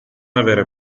aver